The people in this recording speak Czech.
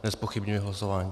Nezpochybňuji hlasování.